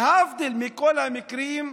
להבדיל מכל המקרים,